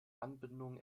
anbindung